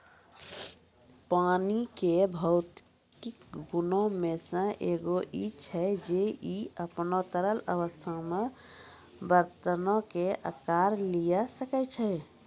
पानी के भौतिक गुणो मे से एगो इ छै जे इ अपनो तरल अवस्था मे बरतनो के अकार लिये सकै छै